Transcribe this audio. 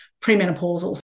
premenopausal